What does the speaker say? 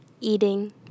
Eating